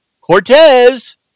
Cortez